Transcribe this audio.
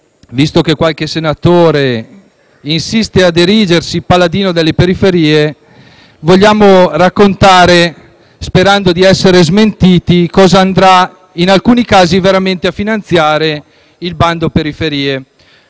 visto che qualche senatore insiste a erigersi paladino delle periferie, mi permetta di raccontare, sperando di essere smentiti, cosa andrà in alcuni casi veramente a finanziare il bando periferie,